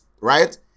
right